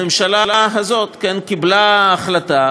הממשלה הזאת קיבלה החלטה,